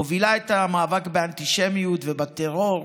את מובילה את המאבק באנטישמיות ובטרור,